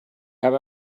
habe